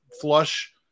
flush